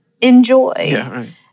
enjoy